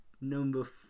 Number